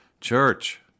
Church